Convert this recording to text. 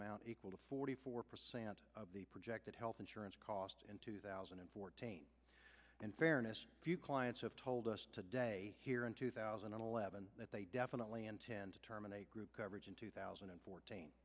amount equal to forty four percent of the projected health insurance costs in two thousand and fourteen and fairness if you clients have told us today here in two thousand and eleven that they definitely intend to terminate group coverage in two thousand and fourteen